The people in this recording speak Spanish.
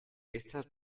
estas